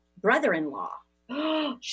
brother-in-law